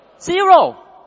zero